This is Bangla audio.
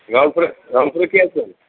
রামপুরে রামপুরে কে আছে